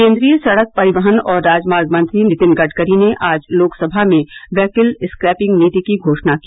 केन्द्रीय सडक परिवहन और राजमार्ग मंत्री नितिन गडकरी ने आज लोकसभा में व्हीकल स्कैपिंग नीति की घोषणा की